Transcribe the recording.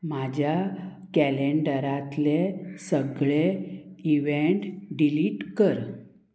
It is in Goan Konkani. म्हाज्या कॅलेंडरांतले सगळे इव्हेंट डिलीट कर